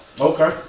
Okay